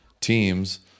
teams